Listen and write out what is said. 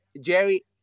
Jerry